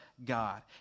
God